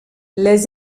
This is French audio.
les